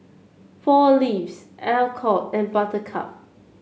Four Leaves Alcott and Buttercup